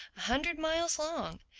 a hundred miles long.